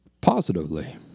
positively